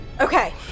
Okay